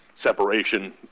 separation